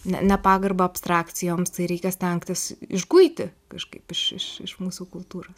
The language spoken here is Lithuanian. nepagarbą abstrakcijoms tai reikia stengtis išguiti kažkaip iš mūsų kultūros